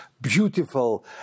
beautiful